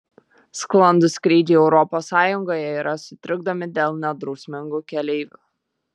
sklandūs skrydžiai europos sąjungoje yra sutrikdomi dėl nedrausmingų keleivių